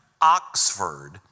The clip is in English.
Oxford